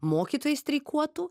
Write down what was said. mokytojai streikuotų